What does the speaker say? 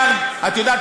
את יודעת,